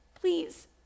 Please